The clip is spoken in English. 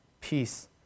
peace